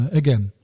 again